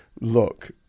Look